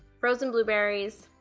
frozen blueberries,